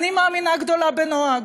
אני מאמינה גדולה בנוהג.